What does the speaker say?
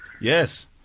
Yes